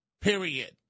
period